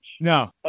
No